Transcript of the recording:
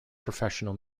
professional